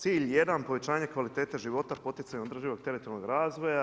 Cilj 1. povećanje kvalitete života, poticaj održivog teritorijalnog razvoja.